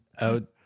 out